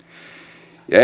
ja